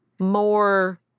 more